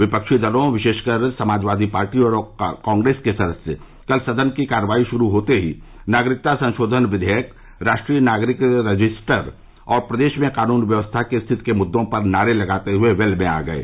विपक्षी दलों विशेषकर समाजवादी पार्टी और कांग्रेस के सदस्य कल सदन की कार्यवाही शुरू होते ही नागरिकता संशोधन अधिनियम राष्ट्रीय नागरिक रजिस्टर और प्रदेश में कानून व्यवस्था की स्थिति के मुददों पर नारे लगाते हुए वेल में आ गये